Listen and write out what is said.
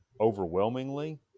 overwhelmingly